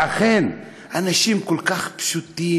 ואכן, אנשים כל כך פשוטים.